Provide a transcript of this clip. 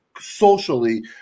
socially